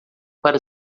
para